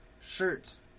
shirts